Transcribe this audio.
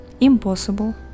Impossible